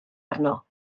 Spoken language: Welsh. arno